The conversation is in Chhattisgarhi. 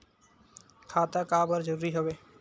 खाता का बर जरूरी हवे?